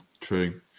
True